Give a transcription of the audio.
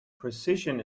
precision